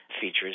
features